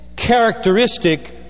characteristic